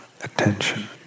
attention